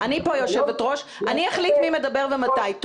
אני כאן היושבת ראש ואני אחליט מי מדבר ומתי.